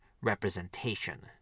representation